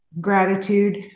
gratitude